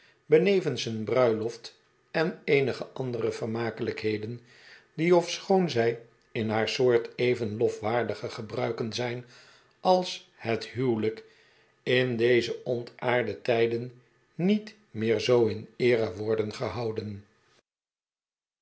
benevens een bruiloft en eenige andere vermakelijkheden die ofschoon zij in haar soort even lofwaardige gebruiken zijn als het huwelijk in deze ontaarde tijden niet meer zoo in eere worden gehouden